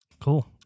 Cool